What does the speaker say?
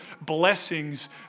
blessings